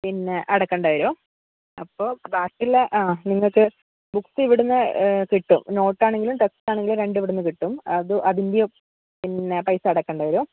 പിന്നെ അടയ്ക്കേണ്ടി വരും അപ്പോൾ ബാക്കിയുള്ള ആ നിങ്ങൾക്ക് ബുക്ക് ഇവിടുന്ന് കിട്ടും നോട്ട് ആണെങ്കിലും ടെക്സ്റ്റ് ആണെങ്കിലും രണ്ടും ഇവിടുന്ന് കിട്ടും അത് അതിൻ്റെ പിന്നെ പൈസ അടയ്ക്കേണ്ടി വരും